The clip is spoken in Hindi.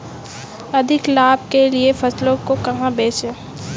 अधिक लाभ के लिए फसलों को कहाँ बेचें?